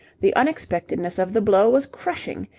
the unexpectedness of the blow was crushing.